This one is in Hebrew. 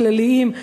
הכלליים,